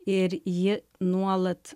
ir ji nuolat